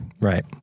Right